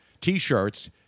T-shirts